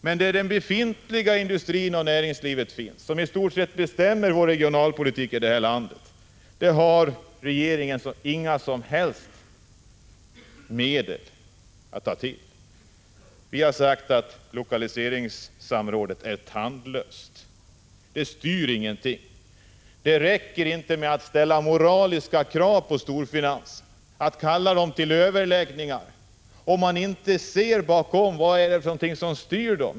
I fråga om den befintliga industrin och näringslivet, som i stort sett bestämmer regionalpolitiken i det här landet, har regeringen inga som helst medel att ta till. Vi har sagt att lokaliseringssamrådet är tandlöst. Det styr ingenting. Det räcker inte med att ställa moraliska krav på storfinansen och att kalla till överläggningar, om man inte ser bakom, vad det är som egentligen styr den.